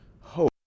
hope